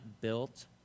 built